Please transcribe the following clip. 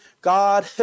God